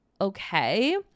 okay